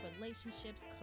relationships